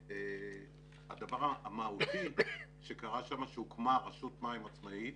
הדבר המהותי שקרה שם, שהוקמה רשות מים עצמאית,